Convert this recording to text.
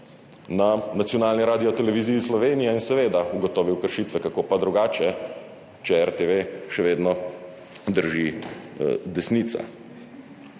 na nacionalni Radioteleviziji Slovenija in seveda ugotovil kršitve, kako pa drugače, če RTV še vedno drži desnica.